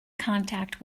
contact